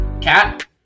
cat